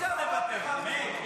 אי-אפשר לוותר, באמת.